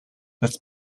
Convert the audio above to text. this